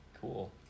Cool